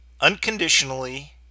unconditionally